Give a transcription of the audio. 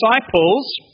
disciples